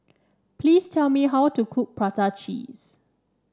please tell me how to cook Prata Cheese